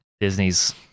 Disney's